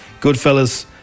Goodfellas